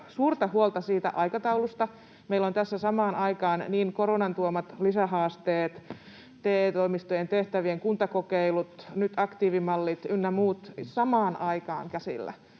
suurta huolta aikataulusta. Meillä on tässä koronan tuomat lisähaasteet, TE-toimistojen tehtävien kuntakokeilut, nyt aktiivimallit ynnä muut samaan aikaan käsillä,